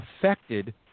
affected